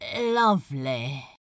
Lovely